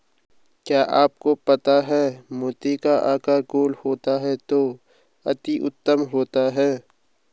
क्या आपको पता है मोती का आकार गोल हो तो अति उत्तम होता है